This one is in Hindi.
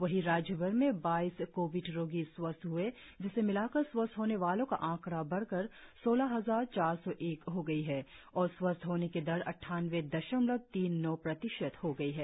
वही राज्यभर मे बाइस कोविड रोगी स्वस्थ हए जिसे मिलाकर स्वस्थ होने वालो का आंकड़ा बढ़कर सौलह हजार चार सौ एक हो गई है और स्वस्थ होने की दर अट्ठानवे दशमलव तीन नौ प्रतिशत हो गई है